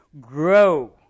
grow